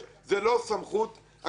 זה לא סמכות הכנסת.